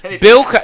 Bill